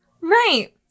Right